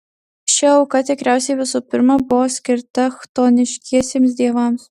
ši auka tikriausiai visų pirma buvo skirta chtoniškiesiems dievams